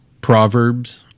proverbs